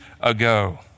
ago